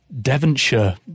Devonshire